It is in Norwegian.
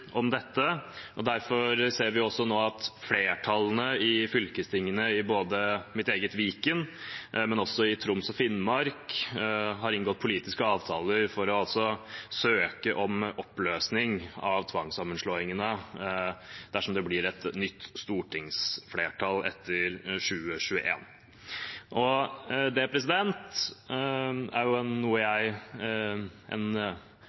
om dette. Derfor ser vi nå at flertallene i fylkestingene både i mitt eget Viken og i Troms og Finnmark har inngått politiske avtaler for å søke om oppløsning av tvangssammenslåingene dersom det blir et nytt stortingsflertall etter 2021. Det er noe jeg for så vidt støtter, og det er også i denne saken en